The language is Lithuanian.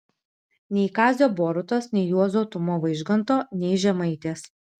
nei kazio borutos nei juozo tumo vaižganto nei žemaitės